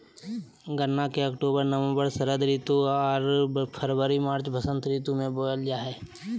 गन्ना के अक्टूबर नवम्बर षरद ऋतु आर फरवरी मार्च बसंत ऋतु में बोयल जा हइ